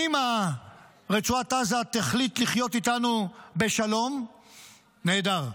אם רצועת עזה תחליט לחיות אתנו בשלום, נהדר.